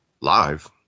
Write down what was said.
live